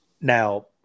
Now